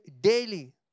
daily